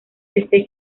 este